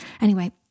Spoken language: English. Anyway